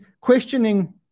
questioning